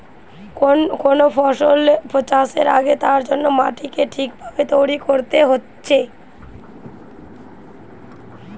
কোন ফসল চাষের আগে তার জন্যে মাটিকে ঠিক ভাবে তৈরী কোরতে হচ্ছে